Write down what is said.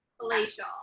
palatial